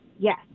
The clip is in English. Yes